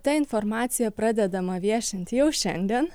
ta informacija pradedama viešinti jau šiandien